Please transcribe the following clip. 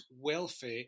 welfare